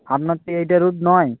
আপনার তো এইটা রুট নয়